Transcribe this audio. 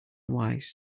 wise